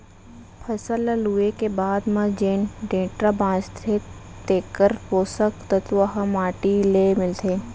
फसल ल लूए के बाद म जेन डेंटरा बांचथे तेकर पोसक तत्व ह माटी ले मिलथे